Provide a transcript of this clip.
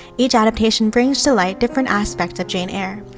each adaptation brings to light different aspects of jane eyre,